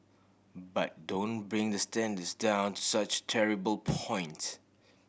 but don't bring the standards down to such terrible points